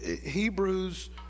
Hebrews